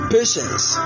Patience